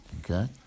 Okay